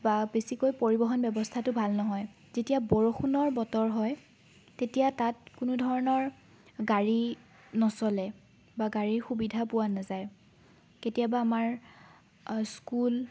বা বেছিকৈ পৰিবহন ব্যৱস্থাটো ভাল নহয় যেতিয়া বৰষুণৰ বতৰ হয় তেতিয়া তাত কোনো ধৰণৰ গাড়ী নচলে বা গাড়ীৰ সুবিধা পোৱা নাযায় কেতিয়াবা আমাৰ স্কুল